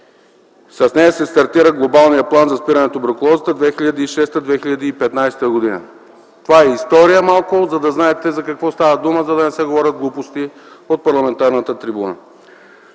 С нея се стартира Глобалният план за спиране на туберкулозата 2006-2015 г. Това е малко история, за да знаете за какво става дума, за да не се говорят глупости от парламентарната трибуна.